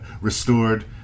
restored